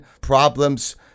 problems